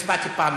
והצבענו פעמיים.